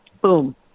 boom